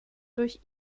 durch